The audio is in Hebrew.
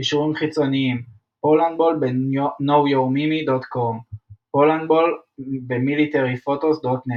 קישורים חיצוניים פולנדבול ב-Knowyourmeme.com פולנדבול ב-militaryphotos.net